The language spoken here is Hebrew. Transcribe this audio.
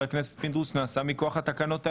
למשל, נעשה מכוח התקנות האלה.